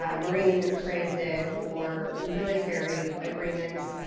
um green transit or military agreements.